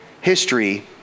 History